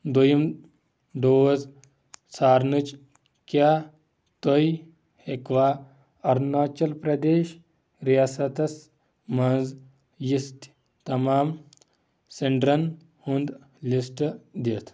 دوٚیِم ڈوز ژھارنٕچ کیٛاہ تُہۍ ہیٚکوا اروناچل پرٛدیش ریاستس مَنٛز یِژھ تمام سیٚنٹرن ہُنٛد لسٹ دِتھ